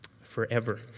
forever